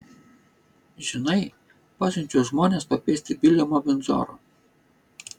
žinai pasiunčiau žmones pakviesti viljamo vindzoro